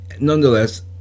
nonetheless